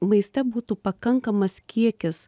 maiste būtų pakankamas kiekis